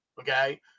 Okay